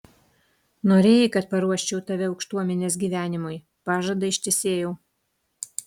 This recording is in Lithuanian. norėjai kad paruoščiau tave aukštuomenės gyvenimui pažadą ištesėjau